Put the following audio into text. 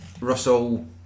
Russell